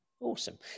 awesome